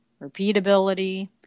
repeatability